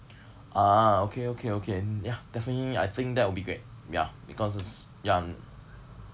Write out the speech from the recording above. ah okay okay okay ya definitely I think that will be great because ya mm